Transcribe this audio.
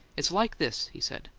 it's like this, he said.